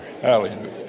hallelujah